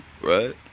right